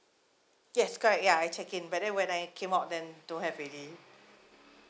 yes correct ya I check in but then when I came out then don't have already